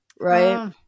right